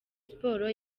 sports